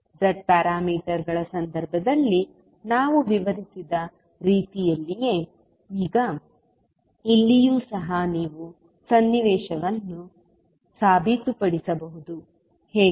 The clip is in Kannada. z ಪ್ಯಾರಾಮೀಟರ್ಗಳ ಸಂದರ್ಭದಲ್ಲಿ ನಾವು ವಿವರಿಸಿದ ರೀತಿಯಲ್ಲಿಯೇ ಈಗ ಇಲ್ಲಿಯೂ ಸಹ ನೀವು ಸನ್ನಿವೇಶವನ್ನು ಸಾಬೀತುಪಡಿಸಬಹುದು ಹೇಗೆ